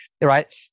Right